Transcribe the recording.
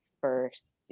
first